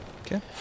Okay